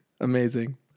Amazing